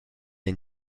ein